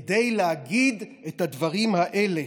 כדי להגיד את הדברים האלה.